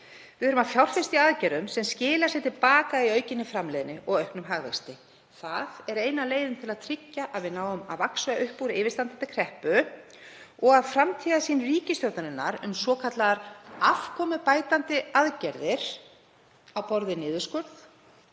Við eigum að fjárfesta í aðgerðum sem skila sér til baka í aukinni framleiðni og auknum hagvexti. Það er eina leiðin til að tryggja að við náum að vaxa upp úr yfirstandandi kreppu og að framtíðarsýn ríkisstjórnarinnar um svokallaðar afkomubætandi aðgerðir á borð við niðurskurð